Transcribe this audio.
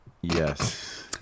Yes